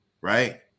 Right